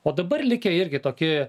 o dabar likę irgi tokie